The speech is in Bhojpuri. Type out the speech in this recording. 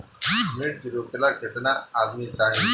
मिर्च रोपेला केतना आदमी चाही?